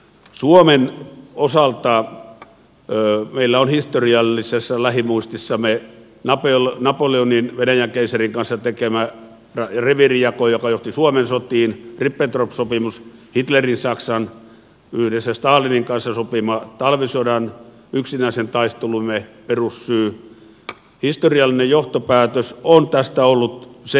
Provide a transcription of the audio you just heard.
suomen osalta meillä on historiallisessa lähimuistissamme napoleonin venäjän keisarin kanssa tekemä reviirijako joka johti suomen sotaan ribbentrop sopimus hitlerin saksan yhdessä stalinin kanssa sopima talvisodan yksinäisen taistelumme perussyyon historiallinen johtopäätös luontaista ollut perussyy